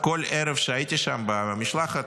כל ערב שהייתי שם עם המשלחת,